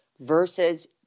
versus